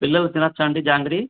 పిలలు తినవచ్చా అండి జాంగ్రీ